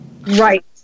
Right